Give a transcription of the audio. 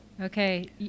okay